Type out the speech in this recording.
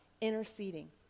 interceding